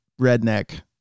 redneck